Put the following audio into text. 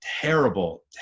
terrible